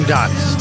Dots